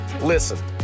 Listen